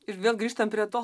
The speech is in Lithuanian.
ir vėl grįžtam prie to